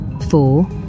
Four